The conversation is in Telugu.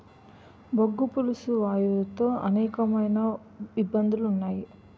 బొగ్గు పులుసు వాయువు తో అనేకమైన ఇబ్బందులు ఉన్నాయి